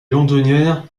londonienne